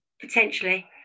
Potentially